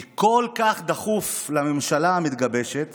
כי כל כך דחוף לממשלה המתגבשת